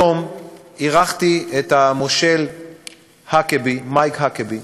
היום אירחתי את המושל מייק האקבי.